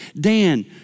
Dan